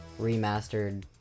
remastered